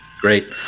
Great